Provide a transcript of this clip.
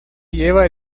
lleva